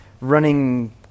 running